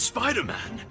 Spider-Man